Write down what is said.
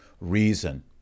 reason